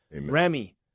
Remy